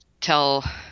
tell